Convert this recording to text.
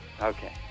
Okay